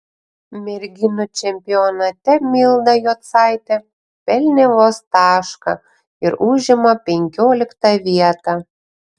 merginų čempionate milda jocaitė pelnė vos tašką ir užima penkioliktą vietą